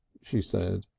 she said.